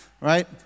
Right